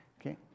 Okay